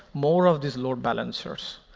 more of these load balancers,